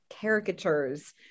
caricatures